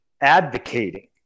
advocating